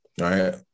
right